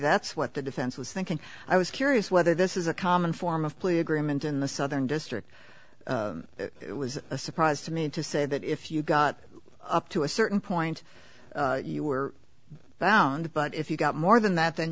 that's what the defense was thinking i was curious whether this is a common form of plea agreement in the southern district it was a surprise to me to say that if you got up to a certain point you were bound but if you got more than that